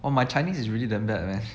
!wah! my chinese is really damn bad man